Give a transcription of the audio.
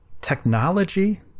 technology